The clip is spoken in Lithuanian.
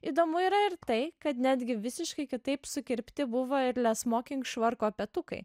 įdomu yra ir tai kad netgi visiškai kitaip sukirpti buvo ir le smoking švarko petukai